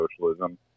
Socialism